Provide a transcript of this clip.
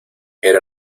era